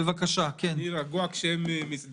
במועד שתקבע ועדת הכספים של הכנסת ולא יאוחר מ-45